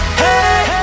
hey